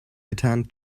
attend